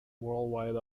worldwide